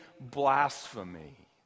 blasphemy